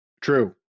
True